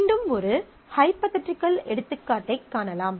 மீண்டும் ஒரு ஹைபோதேடிக்கல் எடுத்துக்காட்டைக் காணலாம்